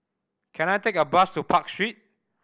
can I take a bus to Park Street